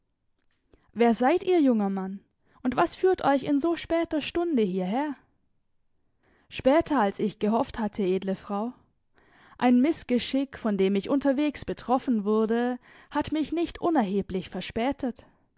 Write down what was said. wer seid ihr junger mann und was führt euch in so später stunde hierher später als ich gehofft hatte edle frau ein mißgeschick von dem ich unterwegs betroffen wurde hat mich nicht unerheblich verspätet